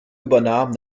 übernahm